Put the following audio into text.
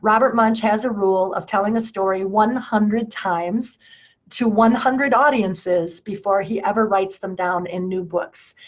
robert munsch has a rule of telling a story one hundred times to one hundred audiences before he ever writes them down in new books.